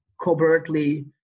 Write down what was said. covertly